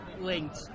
linked